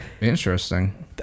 Interesting